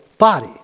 body